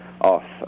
off